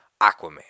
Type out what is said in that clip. Aquaman